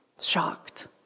shocked